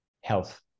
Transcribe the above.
health